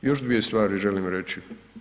Još dvije stvari želim reći.